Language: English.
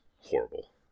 horrible